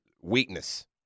weakness